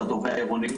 שהוא התובע העירוני,